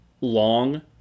long